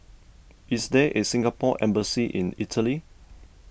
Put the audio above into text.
is there a Singapore Embassy in Italy